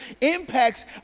impacts